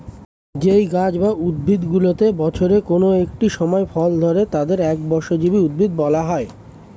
যেই গাছ বা উদ্ভিদগুলিতে বছরের কোন একটি সময় ফল ধরে তাদের একবর্ষজীবী উদ্ভিদ বলা হয়